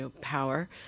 power